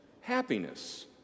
happiness